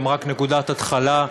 הם רק נקודת התחלה: